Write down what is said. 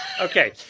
Okay